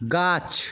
গাছ